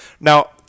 Now